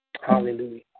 Hallelujah